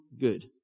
good